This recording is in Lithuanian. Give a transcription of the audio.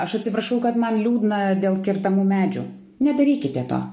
aš atsiprašau kad man liūdna dėl kertamų medžių nedarykite to